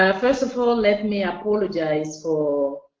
ah first of all, let me apologize for